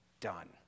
done